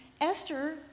Esther